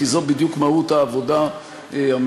כי זו בדיוק מהות העבודה המשותפת.